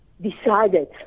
decided